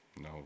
No